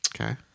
Okay